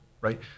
Right